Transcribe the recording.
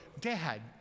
dad